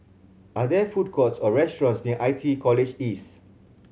are there food courts or restaurants near I T E College East